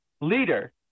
leader